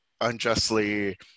unjustly